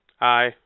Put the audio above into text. Aye